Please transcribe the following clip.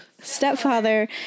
stepfather